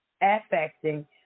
affecting